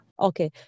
Okay